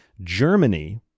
Germany